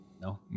no